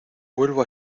vuelvo